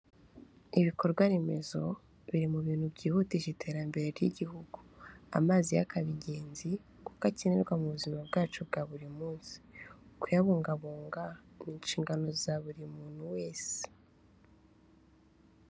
Ibikorwa remezo biri mu bintu byihutisha iterambere ry'igihugu, amazi yo akaba ingenzi kuko akenerwa mu buzima bwacu bwa buri munsi. Kuyabungabunga ni inshingano za buri muntu wese.